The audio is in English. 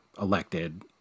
elected